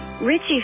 Richie